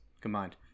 combined